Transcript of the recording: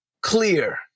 clear